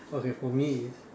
okay for me is